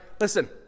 Listen